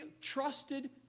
trusted